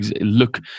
look